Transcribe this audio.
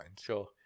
Sure